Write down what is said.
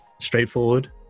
straightforward